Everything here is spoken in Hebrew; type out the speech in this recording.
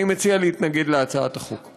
אני מציע להתנגד להצעת החוק.